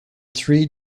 three